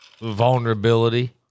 vulnerability